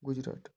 Gujarat